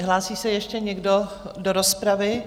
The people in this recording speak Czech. Hlásí se ještě někdo do rozpravy?